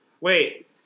Wait